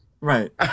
Right